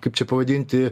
kaip čia pavadinti